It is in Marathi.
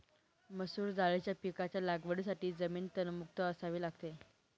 मसूर दाळीच्या पिकाच्या लागवडीसाठी जमीन तणमुक्त असावी लागते